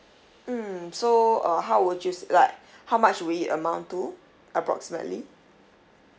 mm so uh how would you s~ like how much will it amount to approximately